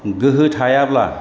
गोहो थायाब्ला